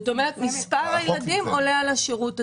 זאת אומרת, מספר הילדים עולה על השירות הצבאי.